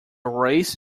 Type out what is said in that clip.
race